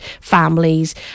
families